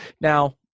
Now